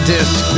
Disc